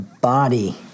body